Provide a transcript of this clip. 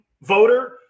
voter